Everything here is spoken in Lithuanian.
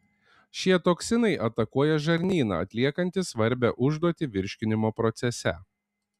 šie toksinai atakuoja žarnyną atliekantį svarbią užduotį virškinimo procese